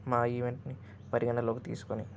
మా ఈవెంట్ని పరిగణలోకి తీసుకొని